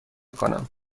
کنم